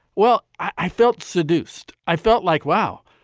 well, i felt seduced. i felt like, wow,